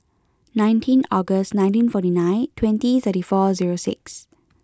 nineteen August nineteen forty nine twenty thirty four zero six